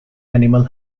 animal